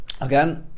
again